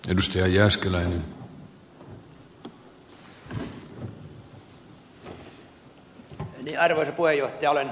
jäsenmaissa tällaista tilannetta ei ole